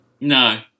No